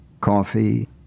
coffee